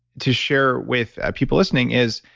to share with people listening is,